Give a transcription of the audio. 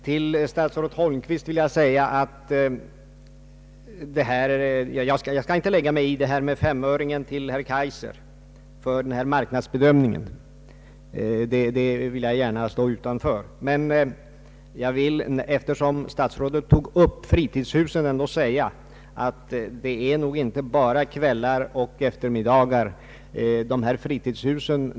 Till statsrådet Holmqvist vill jag säga att jag inte skall lägga mig i diskussionen om femöringen till herr Kaijser för marknadsbedömningen, men eftersom statsrådet tog upp fritidshusen vill jag säga att det nog inte bara är eftermiddagar och kvällar som går åt.